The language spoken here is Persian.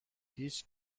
هیچ